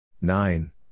nine